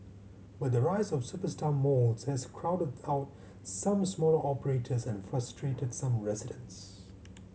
but the rise of superstar malls has crowded out some smaller operators and frustrated some residents